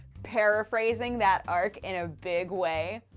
paraphrasing that arc in a big way.